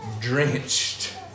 drenched